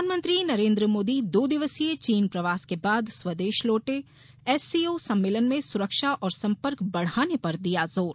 प्रधानमंत्री नरेन्द्र मोदी दो दिवसीय चीन प्रवास के बाद स्वदेश लौटे एससीओ सम्मेलन में सुरक्षा और संपर्क बढ़ाने पर दिया जोर